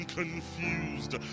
confused